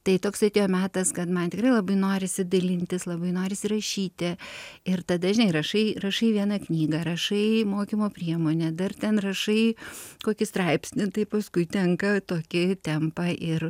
tai toksai metas kad man tikrai labai norisi dalintis labai norisi rašyti ir tada žinai rašai rašai vieną knygą rašai mokymo priemonę dar ten rašai kokį straipsnį tai paskui tenka tokį tempą ir